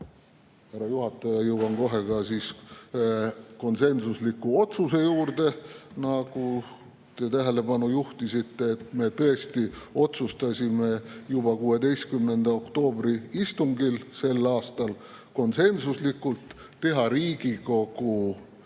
jõuan kohe ka konsensusliku otsuse juurde, nagu te tähelepanu juhtisite. Me tõesti otsustasime juba 16. oktoobri istungil sel aastal konsensuslikult teha Riigikogu